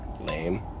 Lame